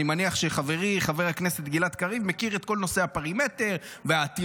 אני מניח שחברי חבר הכנסת גלעד קריב מכיר את כל נושא הפרימטר והעתירות,